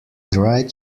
dried